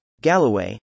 Galloway